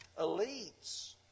elites